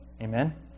Amen